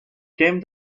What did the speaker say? came